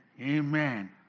Amen